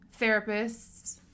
therapists